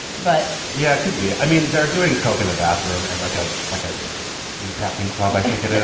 but yeah, could be i mean, they're doing coke in a bathroom and like a like a be packing club. i think it is.